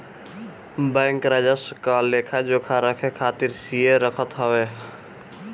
bank राजस्व क लेखा जोखा रखे खातिर सीए रखत हवे